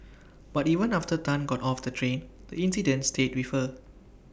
but even after Tan got off the train the incident stayed with her